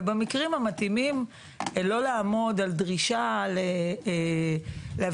ובמקרים המתאימים לא לעמוד על דרישה להביא